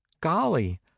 Golly